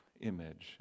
image